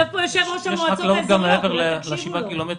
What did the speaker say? יש חקלאות שנפגעה גם מעבר ל-7 קילומטרים.